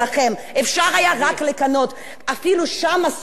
אפילו שם עשו את זה באופן הרבה יותר אלגנטי.